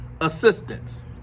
assistance